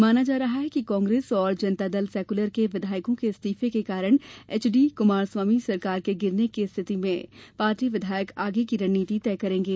माना जा रहा है कि कांग्रेस और जनता दल सेकुलर के विधायकों के इस्तीफे के कारण एचडी कुमारस्वामी सरकार के गिरने की स्थिति में पार्टी विधायक आगे की रणनीति तय करेंगे